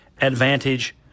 Advantage